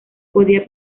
podía